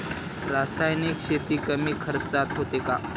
रासायनिक शेती कमी खर्चात होते का?